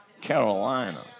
Carolina